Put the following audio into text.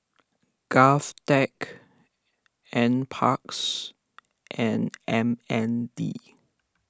Govtech NParks and M N D